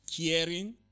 Caring